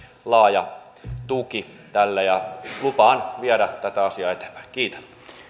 laaja tuki tälle ja lupaan viedä tätä asiaa eteenpäin kiitän